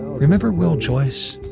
remember will joyce?